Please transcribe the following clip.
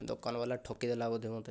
ଦୋକାନବାଲା ଠକିଦେଲା ବୋଧେ ମୋତେ